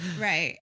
Right